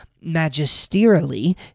magisterially